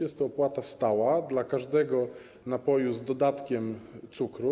Jest to opłata stała dla każdego napoju z dodatkiem cukru.